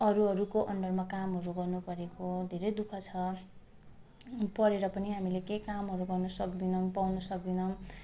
अरू अरूको अन्डरमा कामहरू गर्नु परेको धेरै दुःख छ पढेर पनि हामीले केही कामहरू गर्नु सक्दैनौँ पाउनु सक्दैनौँ